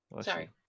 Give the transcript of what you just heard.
Sorry